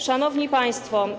Szanowni Państwo!